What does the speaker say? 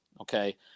okay